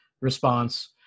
response